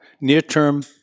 near-term